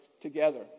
together